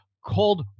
called